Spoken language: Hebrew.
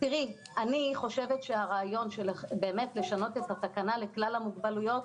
אני חושבת שהרעיון לשנות את התקנה לכלל המוגבלויות,